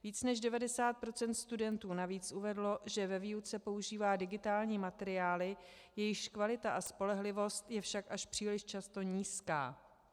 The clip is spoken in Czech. Více než 90 % studentů navíc uvedlo, že ve výuce používá digitální materiály, jejichž kvalita a spolehlivost je však až příliš často nízká.